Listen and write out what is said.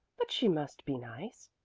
but she must be nice.